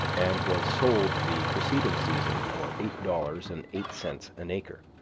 and was sold the preceding season for eight dollars and eight cents an acre.